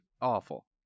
awful